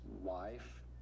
wife